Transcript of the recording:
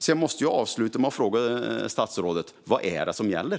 Jag måste avsluta med att fråga statsrådet: Vad är det som gäller?